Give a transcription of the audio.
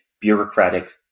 bureaucratic